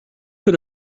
put